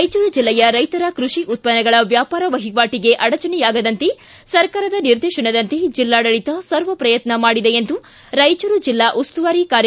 ರಾಯಚೂರು ಜಿಲ್ಲೆಯ ರೈತರ ಕೃಷಿ ಉತ್ತನ್ನಗಳ ವ್ಯಾಪಾರ ವಹಿವಾಟಿಗೆ ಅಡಚಣೆಯಾಗದಂತೆ ಸರ್ಕಾರದ ನಿರ್ದೆತನದಂತೆ ಜಿಲ್ಲಾಡಳಿತ ಸರ್ವ ಪ್ರಯತ್ನ ಮಾಡಿದೆ ಎಂದು ರಾಯಚೂರು ಜೆಲ್ಲಾ ಉಸ್ತುವಾರಿ ಕಾರ್ಯದರ್ತಿ ಎನ್